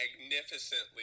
Magnificently